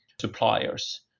suppliers